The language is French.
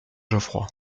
geoffroy